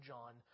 John